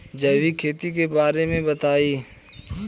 जैविक खेती के बारे में बताइ